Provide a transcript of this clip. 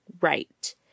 right